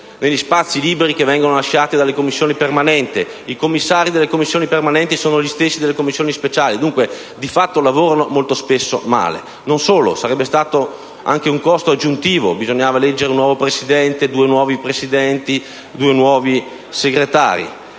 negli spazi liberi lasciati dalle Commissioni permanenti: i commissari delle Commissioni permanenti sono, infatti, i medesimi delle Commissioni speciali. Dunque, di fatto lavorano molto spesso male. Non solo: sarebbe stato anche un costo aggiuntivo. Bisognava eleggere un nuovo Presidente, due nuovi Vicepresidenti, due nuovi Segretari.